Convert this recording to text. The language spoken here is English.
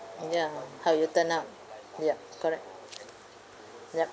ya how you turn up ya correct ya